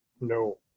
No